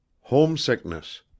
homesickness